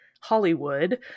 Hollywood